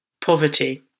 poverty